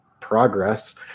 progress